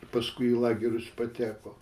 paskui į lagerius pateko